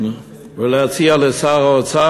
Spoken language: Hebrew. ולהציע לשר האוצר,